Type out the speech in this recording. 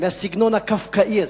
מהסגנון הקפקאי הזה,